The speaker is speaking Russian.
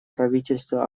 правительство